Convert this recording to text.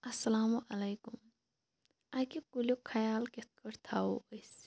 اسلام علیکُم اکہِ کُلیُک خیال کٕتھ کنٮ۪تھ تھاوو أسۍ